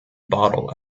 bottle